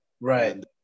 Right